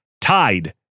tied